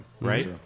right